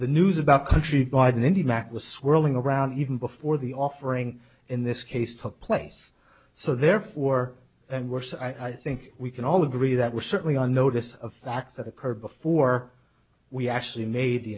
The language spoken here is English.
the news about country barden indy mac was swirling around even before the offering in this case took place so therefore and worse i think we can all agree that we're certainly on notice of facts that occurred before we actually made the